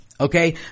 Okay